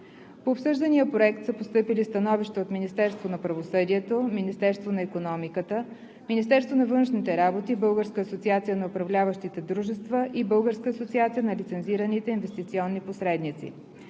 По обсъждания законопроект са постъпили становища от Министерството на правосъдието, Министерството на икономиката, Министерството на външните работи, Българската асоциация на управляващите дружества и Българската асоциация на лицензираните инвестиционни посредници.